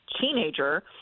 teenager